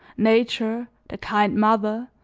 nature, the kind mother,